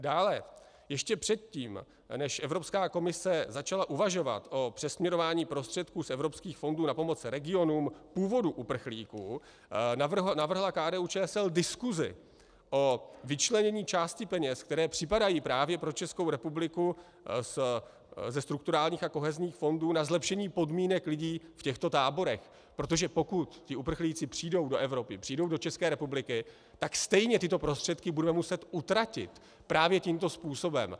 Dále ještě předtím, než Evropská komise začala uvažovat o přesměrování prostředků z evropských fondů na pomoc regionům původu uprchlíků, navrhla KDUČSL diskusi o vyčlenění části peněz, které připadají právě pro Českou republiku ze strukturálních a kohezních fondů, na zlepšení podmínek lidí v těchto táborech, protože pokud uprchlíci přijdou do Evropy, přijdou do České republiky, tak stejně tyto prostředky budeme muset utratit právě tímto způsobem.